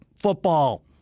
Football